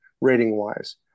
rating-wise